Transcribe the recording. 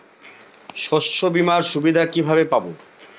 শস্যবিমার সুবিধা কিভাবে পাবো?